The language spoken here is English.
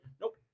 nope